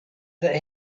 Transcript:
that